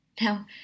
Now